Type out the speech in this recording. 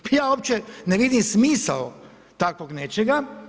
Pa ja uopće ne vidim smisao takvog nečega.